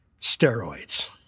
steroids